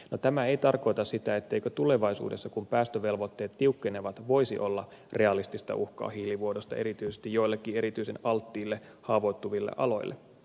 no tämä ei tarkoita sitä etteikö tulevaisuudessa kun päästövelvoitteet tiukkenevat voisi olla realistista uhkaa hiilivuodosta erityisesti joillekin erityisen alttiille haavoittuville aloille